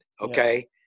okay